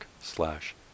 slash